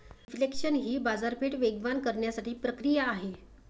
reflation ही बाजारपेठ वेगवान करण्याची प्रक्रिया आहे